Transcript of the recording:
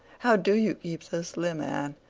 how do you keep so slim, anne?